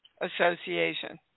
association